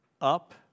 up